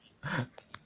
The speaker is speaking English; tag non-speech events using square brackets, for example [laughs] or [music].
I [laughs]